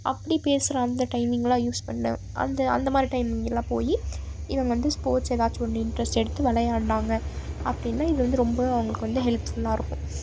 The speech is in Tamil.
அப்படி பேசுகிற அந்த டைமிங்கெலாம் யூஸ் பண்ண அந்த அந்தமாதிரி டைம் எல்லாம் போய் இதை வந்து ஸ்போர்ட்ஸ் ஏதாச்சும் ஒன்று இன்ட்ரெஸ்ட் எடுத்து விளையாண்டாங்க அப்படின்னால் இது வந்து ரொம்ப ஹெல்ப்ஃபுல்லாக இருக்கும்